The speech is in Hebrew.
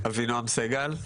שלום, שמי אבינועם סגל.